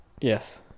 Yes